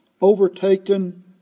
overtaken